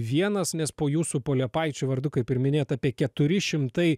vienas nes po jūsų po liepaičių vardu kaip ir minėta apie keturi šimtai